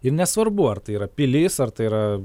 ir nesvarbu ar tai yra pilis ar tai yra